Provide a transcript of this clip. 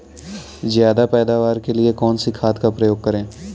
ज्यादा पैदावार के लिए कौन सी खाद का प्रयोग करें?